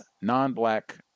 non-black